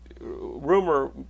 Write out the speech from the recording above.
rumor